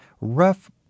rough